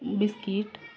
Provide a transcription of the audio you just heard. biscuit